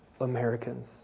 Americans